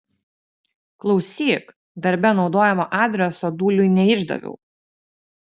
klausyk darbe naudojamo adreso dūliui neišdaviau